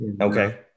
Okay